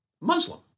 Muslim